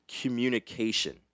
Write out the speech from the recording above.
communication